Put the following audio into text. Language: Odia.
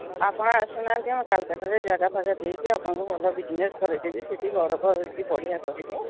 ଆପଣ ଆସୁନାହାନ୍ତି ଆମ କାଲକାଟାରେ ଜାଗା ଫାଗା ଦେଇକି ଆପଣଙ୍କୁ ଭଲ ବିଜିନେସ୍ କରାଇଦେବି ସେଇଠି ଘର ଫର ହୋଇକି ବଢ଼ିଆ କରିବେ